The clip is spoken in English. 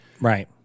Right